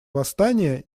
восстания